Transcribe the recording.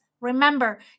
Remember